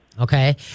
Okay